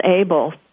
able